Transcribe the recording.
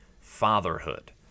fatherhood